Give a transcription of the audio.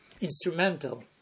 instrumental